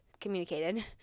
communicated